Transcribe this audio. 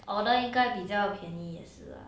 order 应该比较便宜也是